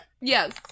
Yes